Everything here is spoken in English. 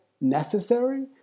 necessary